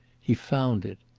he found it.